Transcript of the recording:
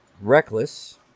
Reckless